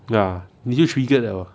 ya usually figure it out ah